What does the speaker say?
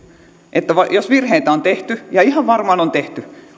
että jos virheitä on tehty ja ihan varmaan on tehty